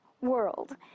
world